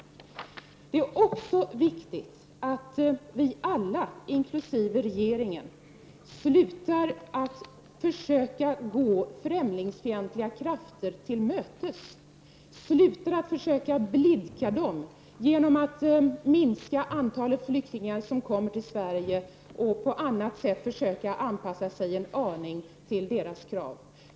Det är också viktigt att vi alla, inkl. regeringen, slutar att försöka gå främlingsfientliga krafter till mötes, slutar att försöka blidka dem genom att minska antalet flyktingar som får komma till Sverige eller genom att på annat sätt försöka anpassa oss en aning till deras krav.